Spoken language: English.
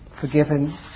forgiven